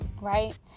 Right